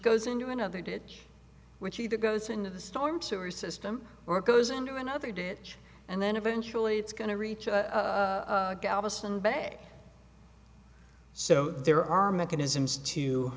goes into another did which either goes into the storm sewer system or it goes into another d h and then eventually it's going to reach a galveston bay so there are mechanisms to